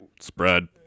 spread